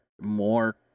more